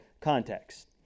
context